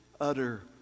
utter